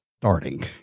starting